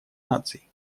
наций